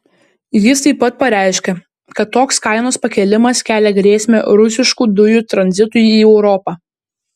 jis taip pat pareiškė kad toks kainos pakėlimas kelia grėsmę rusiškų dujų tranzitui į europą